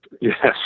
Yes